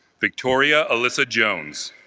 victoria alyssa jones,